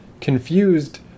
confused